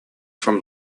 from